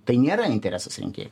tai nėra interesas rinkėjų